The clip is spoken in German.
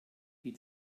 die